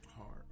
Hard